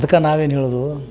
ಅದ್ಕೆ ನಾವೇನು ಹೇಳುವುದು